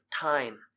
time